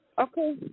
Okay